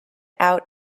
out